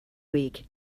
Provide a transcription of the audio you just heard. week